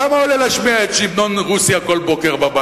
כמה עולה להשמיע את המנון רוסיה כל יום בבית?